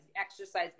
exercise